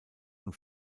und